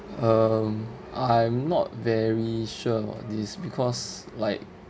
um I'm not very sure of this because like